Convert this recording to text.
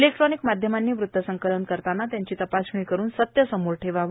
electronic माध्यमांनी वृत्तसंकलन करताना त्याची तपासणी करून सत्य समोर ठेवावे